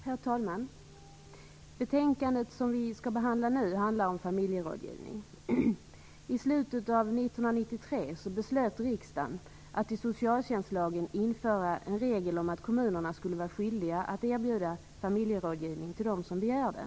Herr talman! Det betänkande som vi nu behandlar gäller familjerådgivning. I slutet av 1993 beslöt riksdagen att i socialtjänstlagen införa en regel om att kommunerna skulle vara skyldiga att erbjuda familjerådgivning till dem som begär detta.